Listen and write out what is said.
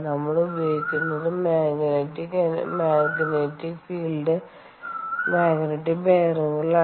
നമ്മൾ ഉപയോഗിക്കുന്നത് magnetic field magnetic ബെയറിംഗുകളാണ്